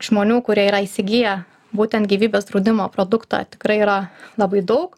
žmonių kurie yra įsigiję būtent gyvybės draudimo produktą tikrai yra labai daug